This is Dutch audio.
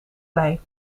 bij